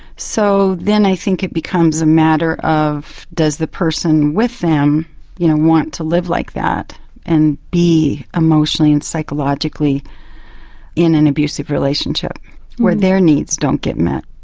so then i think it becomes a matter of does the person with them you know want to live like that and be emotionally and psychologically in an abusive relationship where their needs don't get met?